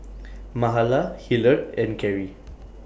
Mahala Hillard and Carry